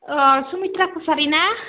सुमिथ्रा कसारि ना